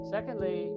Secondly